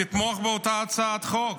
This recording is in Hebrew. תתמוך באותה הצעת חוק.